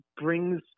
brings